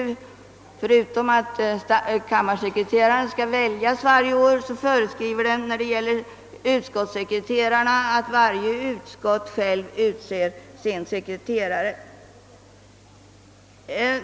Förutom att kammarsekreterarna skall väljas varje år föreskriver riksdagsstadgan beträffande utskottssekreterarna att varje utskott självt utser sin sekreterare.